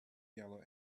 yellow